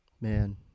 Man